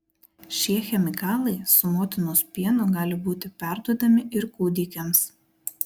šie chemikalai su motinos pienu gali būti perduodami ir kūdikiams